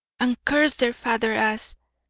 and curse their father as